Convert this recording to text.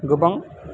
गोबां